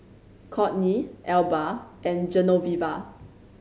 Kourtney Elba and Genoveva